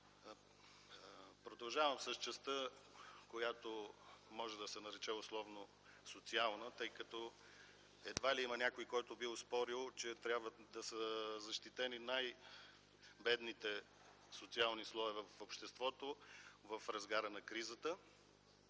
Продължавам с частта, която може да се нарече условно социална, тъй като едва ли има някой, който би оспорил, че трябва да са защитени най-бедните социални слоеве в обществото в разгара на кризата.